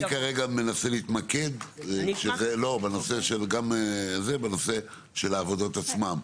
אני כרגע מנסה להתמקד בנושא של העבודות עצמן.